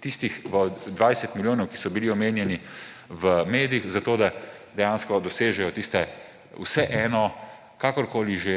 tistih 20 milijonov, ki so bili omenjeni v medijih, zato da dejansko dosežejo tiste vseeno, kakorkoli že,